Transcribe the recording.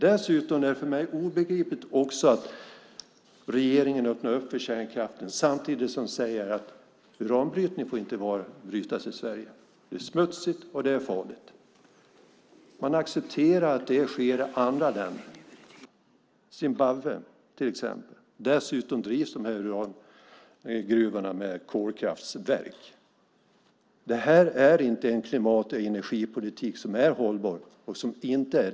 Dessutom är det för mig obegripligt att regeringen öppnar för kärnkraften samtidigt som man säger att uranbrytning inte får ske i Sverige; det är smutsigt och farligt. Men man accepterar att det sker i andra länder, Zimbabwe till exempel. Dessutom drivs urangruvorna med kolkraftverk. Det här är inte en klimat och energipolitik som är hållbar.